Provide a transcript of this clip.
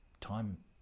time